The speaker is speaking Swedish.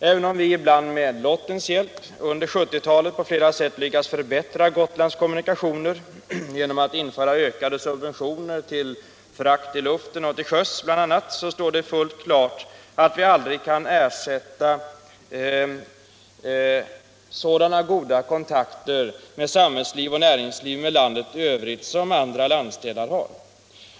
Även om vi, ibland med lottens hjälp, under 1970-talet på flera sätt lyckats förbättra Gotlands kommunikationer, bl.a. genom att införa ökade subventioner till frakt i luften och till sjöss, står det fullt klart att vi aldrig kan ersätta Gotland för frånvaron av de goda kontakter med samhällsliv och näringsliv som andra landsdelar har med landet i övrigt.